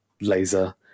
laser